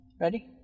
ready